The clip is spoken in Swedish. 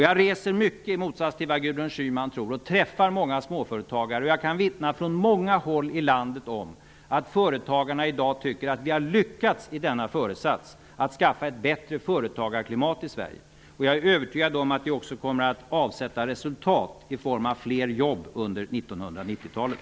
Jag reser mycket i motsats till vad Gudrun Schyman tror och träffar många småföretagare. Från många håll i landet kan jag vittna om att företagarna i dag tycker att vi har lyckats i föresatsen att skaffa ett bättre företagarklimat i Sverige. Jag är övertygad om att det också kommer att avsätta resultat i form av fler jobb under 1990-talet.